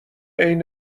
عین